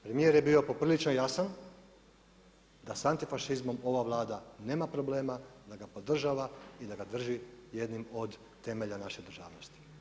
Premijer je bio poprilično jasan da sa antifašizmom ova Vlada nema problema, da ga podržava i da ga drži jednim od temelja naše državnosti.